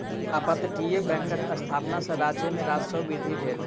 अपतटीय बैंकक स्थापना सॅ राज्य में राजस्व वृद्धि भेल